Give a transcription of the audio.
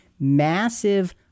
massive